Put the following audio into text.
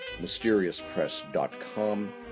MysteriousPress.com